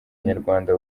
nyarwanda